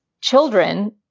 children